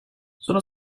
sono